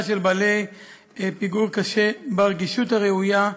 של בעלי פיגור קשה ברגישות הראויה,